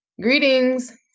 Greetings